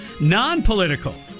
Non-political